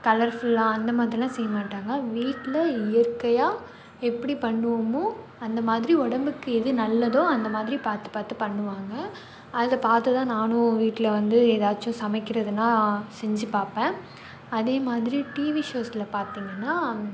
கலர்ஃபுல்லாக அந்த மாதிரிலாம் செய்ய மாட்டாங்க வீட்டில இயற்கையாக எப்படி பண்ணுவோமோ அந்த மாதிரி உடம்புக்கு எது நல்லதோ அந்த மாதிரி பார்த்து பார்த்து பண்ணுவாங்க அதை பார்த்து தான் நானும் வீட்டில வந்து எதாச்சும் சமைக்கிறதுனா செஞ்சு பார்ப்பேன் அதே மாதிரி டிவி ஷோஸ்ல பார்த்தீங்கன்னா